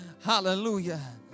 Hallelujah